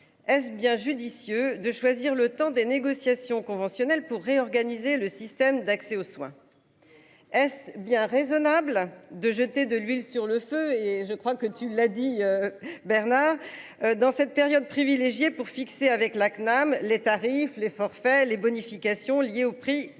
Est-ce bien judicieux de choisir le temps des négociations conventionnelles pour réorganiser le système d'accès aux soins. Est-ce bien raisonnable de jeter de l'huile sur le feu et je crois que tu l'as dit. Bernard dans cette période privilégiée pour fixer avec la CNAM. Les tarifs les forfaits les bonifications liées au prix